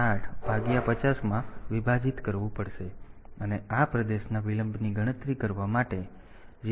8 ભાગ્યા 50 માં વિભાજિત કરવું પડશે અને આ પ્રદેશના વિલંબની ગણતરી કરવા માટે 0